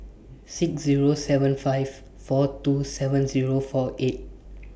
six Zero seven five four two seven Zero four eight